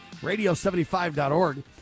radio75.org